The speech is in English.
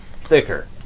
thicker